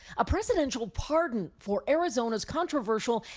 a presidential pardon for arizona's controversial,